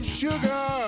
sugar